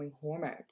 hormones